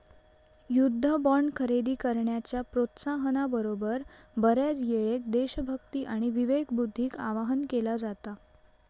युद्ध बॉण्ड खरेदी करण्याच्या प्रोत्साहना बरोबर, बऱ्याचयेळेक देशभक्ती आणि विवेकबुद्धीक आवाहन केला जाता